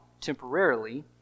temporarily